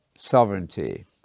sovereignty